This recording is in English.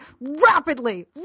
rapidly